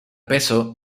peso